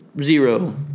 zero